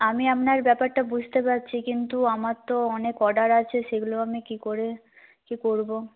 আমি আপনার ব্যাপারটা বুঝতে পারছি কিন্তু আমার তো অনেক অর্ডার আছে সেগুলো আমি কী করে কী করবো